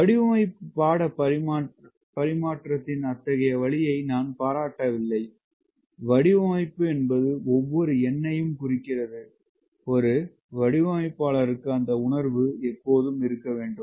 வடிவமைப்பு பாட பரிமாற்றத்தின் அத்தகைய வழியை நான் பாராட்டவில்லை வடிவமைப்பு என்பது ஒவ்வொரு எண்ணையும் குறிக்கிறது வடிவமைப்பாளருக்கு அந்த உணர்வு இருக்க வேண்டும்